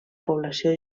població